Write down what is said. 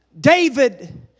David